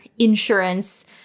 insurance